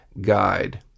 guide